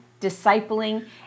discipling